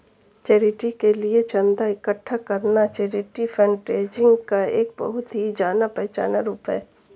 charity के लिए चंदा इकट्ठा करना चैरिटी फंडरेजिंग का एक बहुत ही जाना पहचाना रूप है